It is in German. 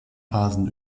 phasen